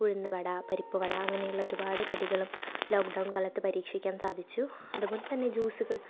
ഉഴുന്ന് വട പരിപ്പ് വട അങ്ങനെയുള്ള ഒരുപാട് കടികളും ലോക്ക്ഡൗൺ കാലത്ത് പരീക്ഷിക്കാൻ സാധിച്ചു അതുപോലെ തന്നെ ജ്യൂസുകൾ